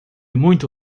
muito